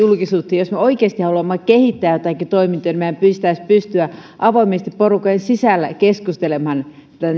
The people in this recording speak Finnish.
jos me oikeasti haluamme kehittää joitakin toimintoja meidän pitäisi pystyä avoimesti porukoiden sisällä keskustelemaan